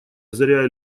озаряя